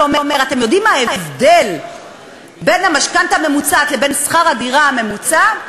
שאומר: אתם יודעים מה ההבדל בין המשכנתה הממוצעת לבין שכר הדירה הממוצע?